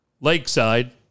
lakeside